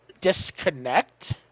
disconnect